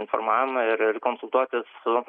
informavimą ir ir konsultuotis su